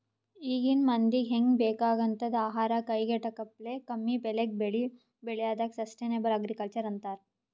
ಈಗಿನ್ ಮಂದಿಗ್ ಹೆಂಗ್ ಬೇಕಾಗಂಥದ್ ಆಹಾರ್ ಕೈಗೆಟಕಪ್ಲೆ ಕಮ್ಮಿಬೆಲೆಗ್ ಬೆಳಿ ಬೆಳ್ಯಾದಕ್ಕ ಸಷ್ಟನೇಬಲ್ ಅಗ್ರಿಕಲ್ಚರ್ ಅಂತರ್